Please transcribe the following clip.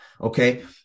okay